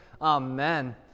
Amen